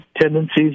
tendencies